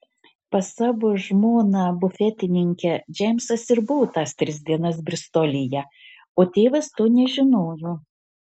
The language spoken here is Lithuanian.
pas savo žmoną bufetininkę džeimsas ir buvo tas tris dienas bristolyje o tėvas to nežinojo